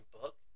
book